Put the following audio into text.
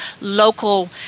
local